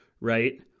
right